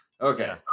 Okay